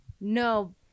No